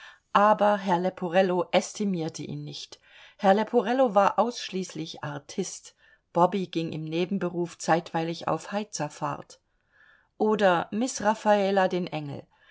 aber herr leporello ästimierte ihn nicht herr leporello war ausschließlich artist bobby ging im nebenberuf zeitweilig auf heizerfahrt oder miß raffala den engel